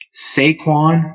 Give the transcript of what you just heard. Saquon